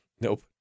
nope